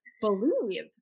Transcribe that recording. believe